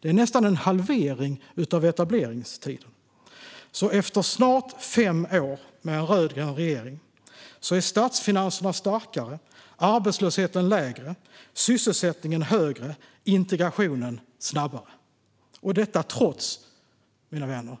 Det är nästan en halvering av etableringstiden. Efter snart fem år med en rödgrön regering är statsfinanserna starkare, arbetslösheten lägre, sysselsättningen högre och integrationen snabbare. Och detta, mina vänner,